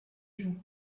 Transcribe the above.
joue